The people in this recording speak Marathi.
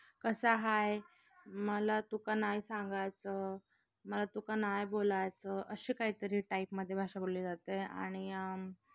कसा आहे मला तुका नाही सांगायचं मला तुका नाही बोलायचं अशी काहीतरी टाईपमध्ये भाषा बोलली जाते आणि